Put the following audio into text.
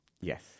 Yes